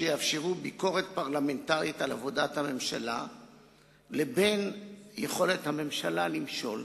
שיאפשרו ביקורת פרלמנטרית על עבודת הממשלה ויכולת הממשלה למשול.